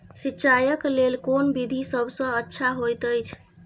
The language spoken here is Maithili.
सिंचाई क लेल कोन विधि सबसँ अच्छा होयत अछि?